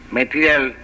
material